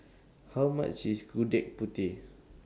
How much IS Gudeg Putih